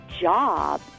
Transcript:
job